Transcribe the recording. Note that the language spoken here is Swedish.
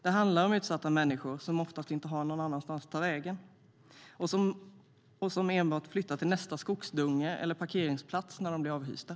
Det handlar ju om utsatta människor som inte har någonstans att ta vägen och som enbart flyttar till nästa skogsdunge eller parkeringsplats när de blir avhysta.